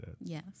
Yes